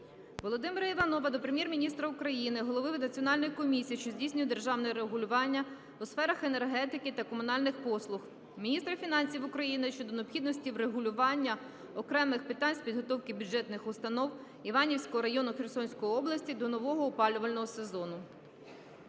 Володимира Іванова до Прем'єр-міністра України, голови Національної комісії, що здійснює державне регулювання у сферах енергетики та комунальних послуг, міністра фінансів України щодо необхідності врегулювання окремих питань з підготовки бюджетних установ Іванівського району Херсонської області до нового опалювального сезону.